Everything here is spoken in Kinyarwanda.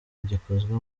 gikozwe